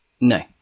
No